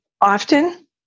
often